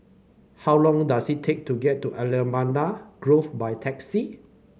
how long does it take to get to Allamanda Grove by taxi